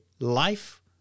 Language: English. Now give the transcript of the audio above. life